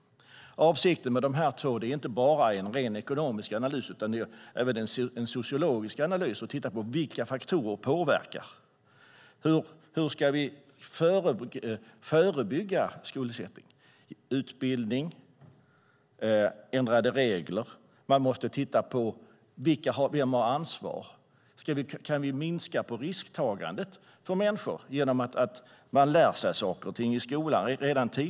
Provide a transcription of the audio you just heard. Avsikten med de två utredningarna är inte bara en ren ekonomisk analys utan även att göra en sociologisk analys, nämligen att titta på vilka faktorer som påverkar. Hur ska vi förebygga skuldsättning? Är det med hjälp av utbildning eller ändrade regler? Vem har ansvaret? Går det att minska på risktagandet hos människor genom att de tidigt lär sig hur en marknad fungerar i skolan?